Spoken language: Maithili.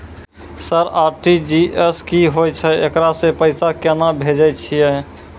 सर आर.टी.जी.एस की होय छै, एकरा से पैसा केना भेजै छै?